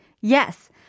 yes